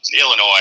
Illinois